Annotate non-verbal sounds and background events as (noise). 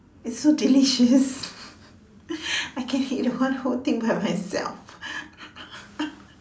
it's so delicious (laughs) I can eat one whole thing by myself (laughs)